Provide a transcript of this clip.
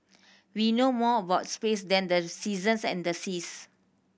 we know more about space than the seasons and the seas